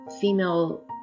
female